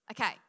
Okay